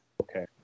Okay